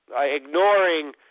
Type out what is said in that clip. ignoring